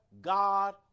God